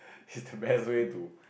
is the best way to